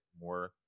more